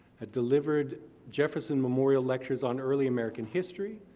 delivered jefferson memorial lectures on early american history,